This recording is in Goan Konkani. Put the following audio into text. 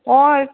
ओय